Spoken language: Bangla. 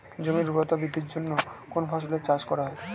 জমির উর্বরতা বৃদ্ধির জন্য কোন ফসলের চাষ করা হয়?